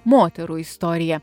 moterų istoriją